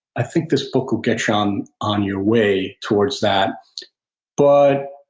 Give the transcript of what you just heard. i think this book will get you on on your way towards that but